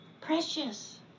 precious